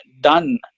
done